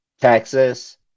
Texas